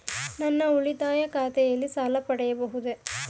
ನನ್ನ ಉಳಿತಾಯ ಖಾತೆಯಲ್ಲಿ ಸಾಲ ಪಡೆಯಬಹುದೇ?